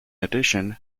addition